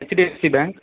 HDFC bank